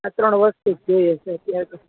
આ ત્રણ વસ્તુ જ જોઈએ છે અત્યારે તો